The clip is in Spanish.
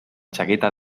chaqueta